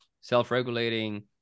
self-regulating